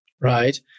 right